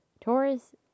Taurus